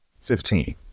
Fifteen